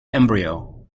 embryo